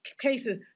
cases